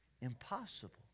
impossible